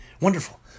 wonderful